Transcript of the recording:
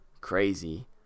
Crazy